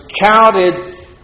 counted